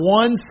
one